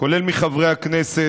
כולל מחברי הכנסת,